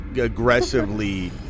aggressively